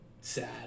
sad